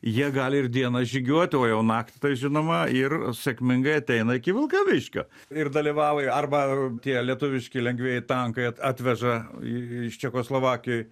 jie gali ir dieną žygiuoti o jau naktį tai žinoma ir sėkmingai ateina iki vilkaviškio ir dalyvauja arba tie lietuviški lengvieji tankai atveža iš čekoslovakijoj